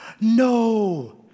No